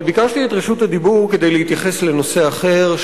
אבל ביקשתי את רשות הדיבור כדי להתייחס לנושא אחר,